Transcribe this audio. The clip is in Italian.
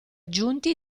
aggiunti